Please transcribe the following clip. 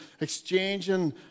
exchanging